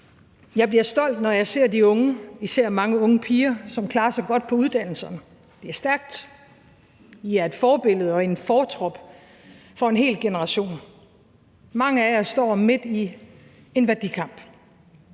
Jeg bliver stolt, når jeg ser de unge, især mange unge piger, som klarer sig godt på uddannelserne. Det er stærkt; I er et forbillede og en fortrop for en hel generation. Mange af jer står midt i en værdikamp,